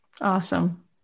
Awesome